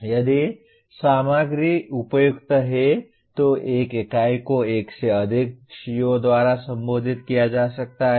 यदि सामग्री उपयुक्त है तो एक इकाई को एक से अधिक CO द्वारा संबोधित किया जा सकता है